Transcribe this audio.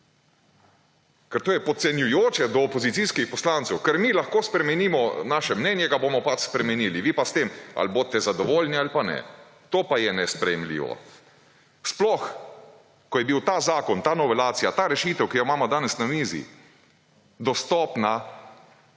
Ker to je podcenjujoče do opozicijskih poslancev, ker »mi lahko spremenimo svoje mnenje, ga bomo pač spremenili, vi pa s tem bodite zadovoljni ali pa ne… » To pa je nesprejemljivo. Sploh, ko je bil ta zakon, ta novelacija, ta rešitev, ki jo imamo danes na mizi, dostopna,